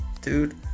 dude